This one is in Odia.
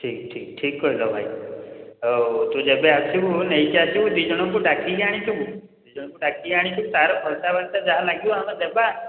ଠିକ୍ ଠିକ୍ ଠିକ୍ କହିଲ ଭାଇ ଆଉ ତୁ ଯେବେ ଆସିବୁ ନେଇକି ଆସିବୁ ଦୁଇ ଜଣଙ୍କୁ ଡାକିକି ଆଣିଥିବୁ ଦୁଇଜଣଙ୍କୁ ଡାକିକି ଆଣିଥିବୁ ତା'ର ଖର୍ଚ୍ଚାବର୍ଚ୍ଚା ଯାହା ଲାଗିବ ଆମେ ଦେବା